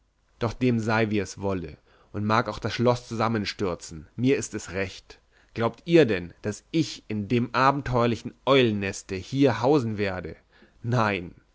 doch dem sei wie ihm wolle und mag auch das schloß zusammenstürzen mir ist es recht glaubt ihr denn daß ich in dem abenteuerlichen eulenneste hier hausen werde nein